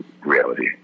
reality